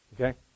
Okay